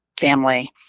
family